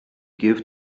give